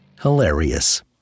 Hilarious